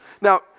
Now